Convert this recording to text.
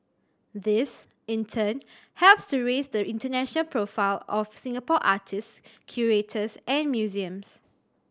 this in turn helps to raise the international profile of Singapore artist curators and museums